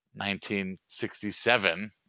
1967